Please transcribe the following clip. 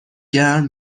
گرم